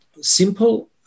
simple